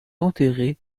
enterrés